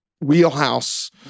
wheelhouse